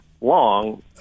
long